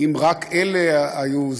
אם רק אלה היו,